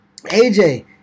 aj